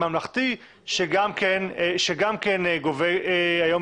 ממלכתי שגם גובה היום